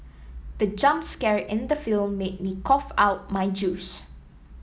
the jump scare in the film made me cough out my juice